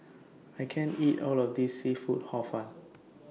I can't eat All of This Seafood Hor Fun